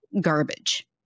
garbage